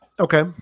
Okay